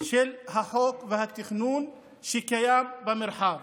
של החוק והתכנון שקיים במרחב.